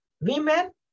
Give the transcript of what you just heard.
women